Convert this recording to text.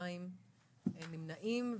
נמנעים?